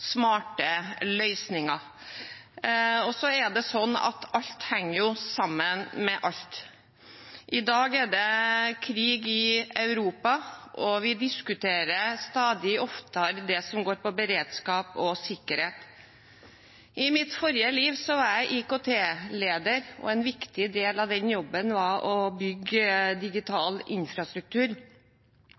smarte løsninger. Alt henger jo sammen med alt. I dag er det krig i Europa, og vi diskuterer stadig oftere det som handler om beredskap og sikkerhet. I mitt forrige liv var jeg IKT-leder, og en viktig del av den jobben var å bygge digital infrastruktur.